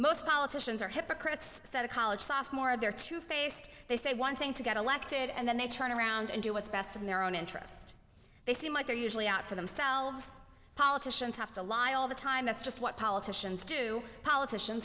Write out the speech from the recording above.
most politicians are hypocrites said a college sophomore of their two faced they say one thing to get elected and then they turn around and do what's best in their own interest they seem like they're usually out for themselves politicians have to lie all the time that's just what politicians do politician